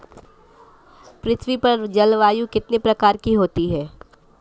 पृथ्वी पर जलवायु कितने प्रकार की होती है?